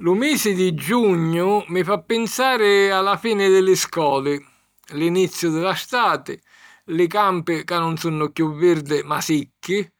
Lu misi di giugnu mi fa pinsari a la fini di li scoli, l'iniziu di la stati, li campi ca nun sunnu chiù virdi ma sicchi;